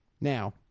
Now